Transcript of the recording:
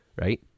right